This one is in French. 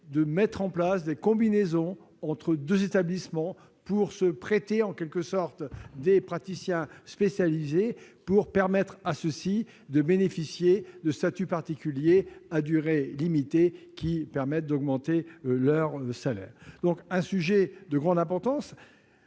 de mettre en place des combinaisons entre leurs établissements pour se prêter, en quelque sorte, des praticiens spécialisés, afin de permettre à ceux-ci de bénéficier de statuts particuliers à durée limitée et d'augmenter leurs salaires. Nous touchons également